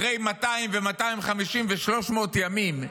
אחרי 200, ו-250, ו-300 ימים,